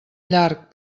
llarg